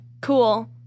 cool